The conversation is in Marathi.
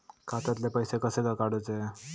खात्यातले पैसे कसे काडूचे?